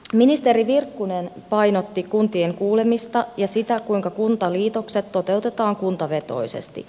ministeri virkkunen painotti kuntien kuulemista ja sitä kuinka kuntaliitokset toteutetaan kuntavetoisesti